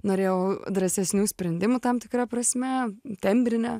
norėjau drąsesnių sprendimų tam tikra prasme tembrine